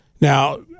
Now